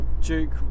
Duke